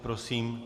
Prosím.